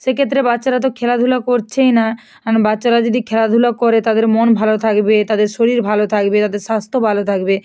সেক্ষেত্রে বাচ্চারা তো খেলাধুলা করছেই না আর বাচ্চারা যদি খেলাধুলা করে তাদের মন ভালো থাকবে তাদের শরীর ভালো থাকবে তাদের স্বাস্থ্য ভালো থাকবে